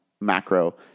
macro